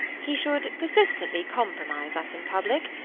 he should persistently compromise us in public,